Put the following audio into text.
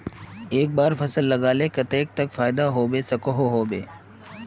एक बार फसल लगाले कतेक तक फायदा होबे सकोहो होबे?